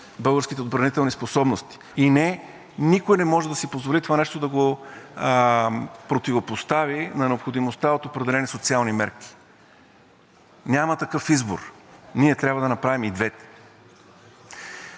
българските отбранителни способности. И не, никой не може да си позволи това нещо да го противопостави на необходимостта от определени социални мерки. Няма такъв избор. Ние трябва да направим и двете.